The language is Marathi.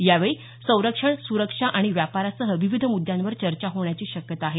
यावेळी संरक्षण सुरक्षा आणि व्यापारासह विविध मुद्यांवर चर्चा होण्याची शक्यता आहे